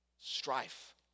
Strife